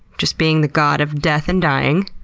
just being the god of death and dying.